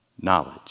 knowledge